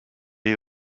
est